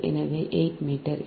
எனவே 8 மீட்டர்